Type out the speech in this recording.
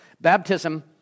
Baptism